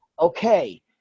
okay